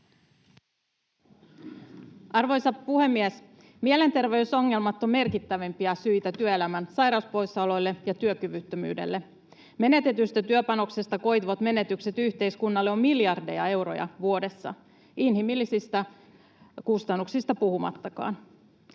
Arvoisa puhemies! Mielenterveysongelmat ovat merkittävimpiä syitä työelämän sairauspoissaoloille ja työkyvyttömyydelle. Menetetystä työpanoksesta koituvat menetykset yhteiskunnalle ovat miljardeja euroja vuodessa inhimillisistä kustannuksista puhumattakaan.